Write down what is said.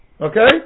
Okay